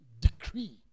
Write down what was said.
decree